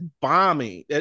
bombing